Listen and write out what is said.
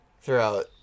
throughout